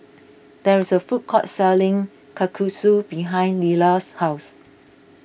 there is a food court selling Kalguksu behind Leyla's house